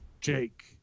Jake